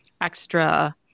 extra